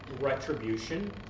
retribution